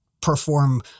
perform